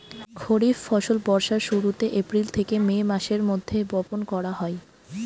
খরিফ ফসল বর্ষার শুরুতে, এপ্রিল থেকে মে মাসের মধ্যে বপন করা হয়